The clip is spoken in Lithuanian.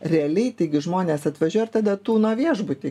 realiai taigi žmonės atvažiuoja ir tada tūno viešbuty